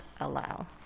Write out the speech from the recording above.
allow